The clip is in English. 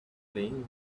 playing